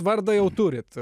vardą jau turit